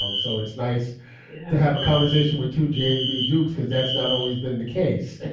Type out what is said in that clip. um so it's nice to have a conversation with two james b. dukes, because that's not always been the case.